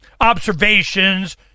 observations